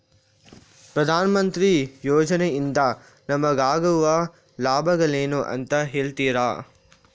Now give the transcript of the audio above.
ಪ್ರಧಾನಮಂತ್ರಿ ಯೋಜನೆ ಇಂದ ನಮಗಾಗುವ ಲಾಭಗಳೇನು ಅಂತ ಹೇಳ್ತೀರಾ?